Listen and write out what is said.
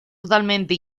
totalmente